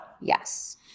Yes